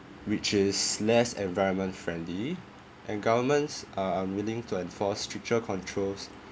which is less environment friendly and governments are unwilling to enforce stricter controls